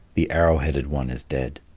the arrow-headed one is dead.